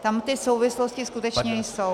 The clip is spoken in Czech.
Tam ty souvislosti skutečně jsou.